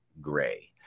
gray